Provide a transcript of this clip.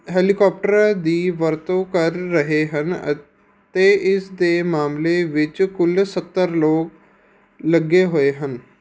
helicopter ਦੀ ਵਰਤੋਂ ਕਰ ਰਹੇ ਹਨ ਅਤੇ ਇਸ ਦੇ ਮਾਮਲੇ ਵਿੱਚ ਕੁੱਲ ਸੱਤਰ ਲੋਕ ਲੱਗੇ ਹੋਏ ਹਨ